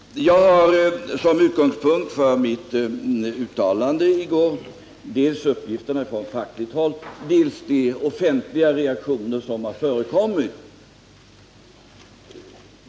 Jag hade som utgångspunkt för mitt uttalande i går dels uppgifter från fackligt håll, dels de offentliga reaktioner som har förekommit.